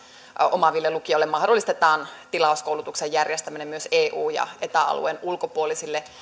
omaaville lukioille mahdollistetaan tilauskoulutuksen järjestäminen myös eu ja eta alueen ulkopuolisille